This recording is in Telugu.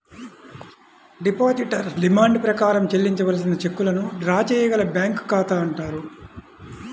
డిపాజిటర్ డిమాండ్ ప్రకారం చెల్లించవలసిన చెక్కులను డ్రా చేయగల బ్యాంకు ఖాతా అంటారు